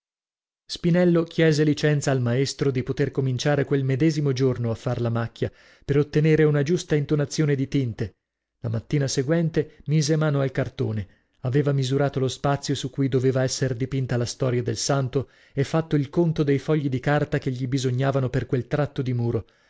spinello chiese licenza al maestro di poter cominciare quel medesimo giorno a far la macchia per ottenere una giusta intonazione di tinte la mattina seguente mise mano al cartone aveva misurato lo spazio su cui doveva essere dipinta la storia del santo e fatto il conto dei fogli di carta che gli bisognavano per quel tratto di muro